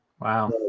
Wow